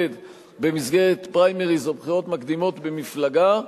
במסגרת פריימריס או בחירות מקדימות במפלגה,